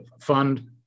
fund